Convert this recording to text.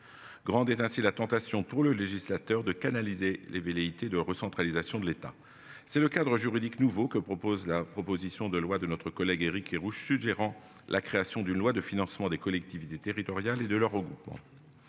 grande ainsi la tentation pour le législateur de canaliser les velléités de recentralisation de l'État, c'est le cadre juridique nouveau que propose la proposition de loi de notre collègue Éric Kerrouche suggérant la création d'une loi de financement des collectivités territoriales et de leurs regroupements.